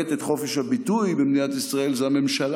את חופש הביטוי במדינת ישראל זה הממשלה.